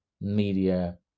media